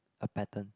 a pattern